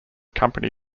company